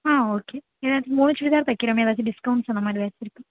ஆ okay ஏதாச்சு மூணு சுடிதார் தைக்கிறோமே ஏதாச்சு டிஸ்கவுண்ட்ஸ் அந்தமாதிரி ஏதாச்சு இருக்கா